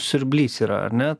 siurblys yra ar ne